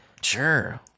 Sure